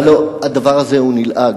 הלוא הדבר הזה הוא נלעג.